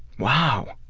wow.